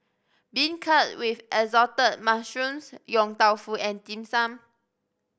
beancurd with Assorted Mushrooms Yong Tau Foo and Dim Sum